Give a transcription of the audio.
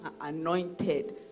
anointed